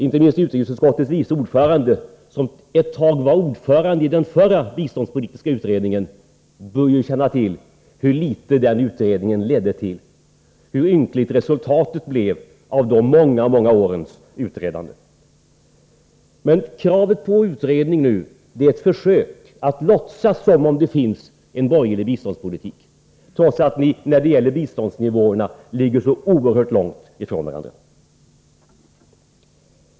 Inte minst utrikesutskottets vice ordförande, som under en tid var ordförande i den förra biståndspolitiska utredningen, bör känna till hur litet den utredningen ledde till, hur klent resultatet blev av de många årens utredande. Kravet på en utredning nu är ett försök att låtsas som om det finns en borgerlig biståndspolitik, trots att ni när det gäller biståndsnivåerna ligger så oerhört långt ifrån varandra.